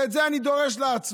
את זה אני דורש לעצור